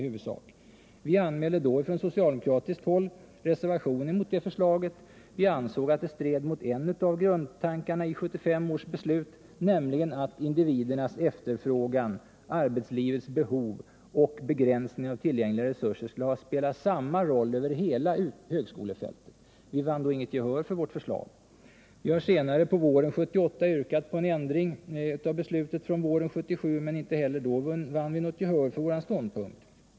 Vi anmälde från socialdemokratiskt håll reservation mot förslaget. Vi ansåg nämligen att det stred mot en av grundtankarna i 1975 års beslut, nämligen att individernas efterfrågan, arbetslivets behov och begränsningen av tillgängliga resurser skall spela samma roll över hela högskolefältet. Vi vann då inget gehör för vårt förslag. Vi har senare, på våren 1978, yrkat på ändring av beslutet från våren 1977, men inte heller då vann vi gehör för vår ståndpunkt.